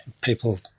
People